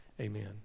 Amen